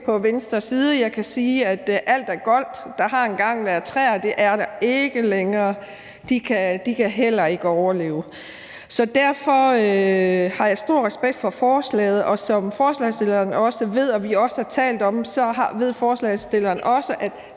på venstre side. Jeg kan sige, at alt er goldt. Der har engang været træer, men det er der ikke længere. De kan heller ikke overleve. Så derfor har jeg stor respekt for forslaget, og som vi også har talt om, ved forslagsstilleren, at